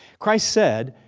christ said,